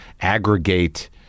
aggregate